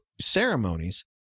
ceremonies